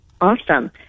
Awesome